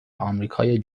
آمریکای